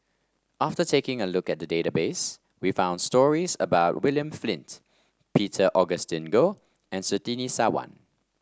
after taking a look at the database we found stories about William Flint Peter Augustine Goh and Surtini Sarwan